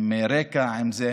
עם רקע, עם זה.